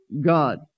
God